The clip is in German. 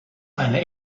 eine